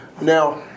Now